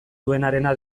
duenarena